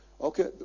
Okay